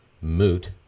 moot